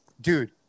dude